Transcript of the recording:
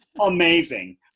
amazing